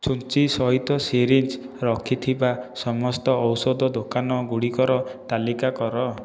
ଛୁଞ୍ଚି ସହିତ ସିରିଞ୍ଜ୍ ରଖିଥିବା ସମସ୍ତ ଔଷଧ ଦୋକାନଗୁଡ଼ିକର ତାଲିକା କର